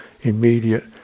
immediate